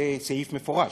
זה סעיף מפורש.